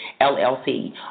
LLC